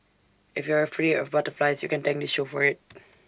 if you're afraid of butterflies you can thank this show for IT